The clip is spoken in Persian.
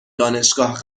دانشگاه